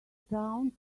town